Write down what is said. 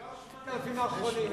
זה לא ה-8,000 האחרונים.